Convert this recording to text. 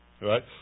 Right